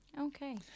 okay